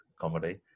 comedy